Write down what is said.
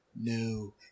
no